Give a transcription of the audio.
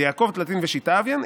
דיעקב תלתין ושיתא הויין.